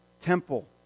temple